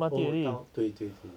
oh 道对对对